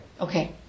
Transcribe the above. Okay